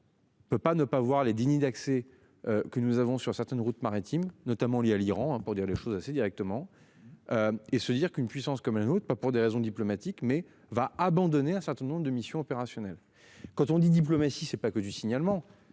On ne peut pas ne pas voir les dîners d'accès. Que nous avons sur certaines routes maritimes notamment liés à l'Iran pour dire les choses assez directement. Et se dire qu'une puissance comme un autre, pas pour des raisons diplomatiques, mais va abandonner un certain nombre de missions opérationnelles. Quand on dit diplomatie c'est pas que du signalement.